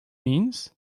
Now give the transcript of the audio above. means